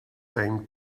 same